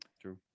true